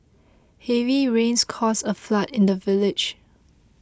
heavy rains caused a flood in the village